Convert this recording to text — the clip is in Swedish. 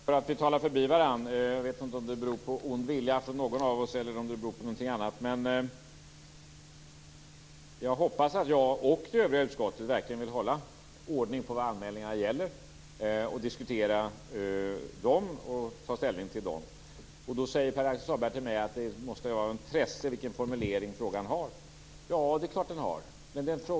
Fru talman! Jag är rädd för att vi talar förbi varandra. Jag vet inte om det beror på ond vilja från någon av oss eller om det beror på någonting annat. Jag hoppas att jag och övriga i utskottet verkligen vill hålla ordning på vad anmälningarna gäller, diskutera dem och ta ställning till dem. Då säger Pär-Axel Sahlberg till mig att det måste vara av intresse vilken formulering frågan har. Ja, det är klart att det är.